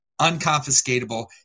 Unconfiscatable